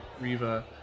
Riva